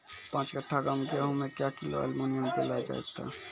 पाँच कट्ठा गांव मे गेहूँ मे क्या किलो एल्मुनियम देले जाय तो?